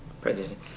president